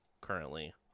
currently